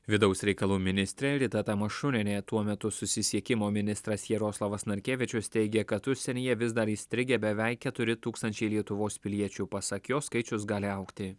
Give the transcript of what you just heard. vidaus reikalų ministrė rita tamašunienė tuo metu susisiekimo ministras jaroslavas narkevičius teigė kad užsienyje vis dar įstrigę beveik keturi tūkstančiai lietuvos piliečių pasak jo skaičius gali augti